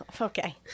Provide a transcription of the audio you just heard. okay